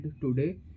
today